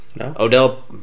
Odell